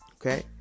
Okay